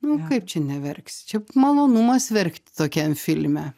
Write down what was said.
nu kaip čia neverksi čia malonumas verkti tokiam filme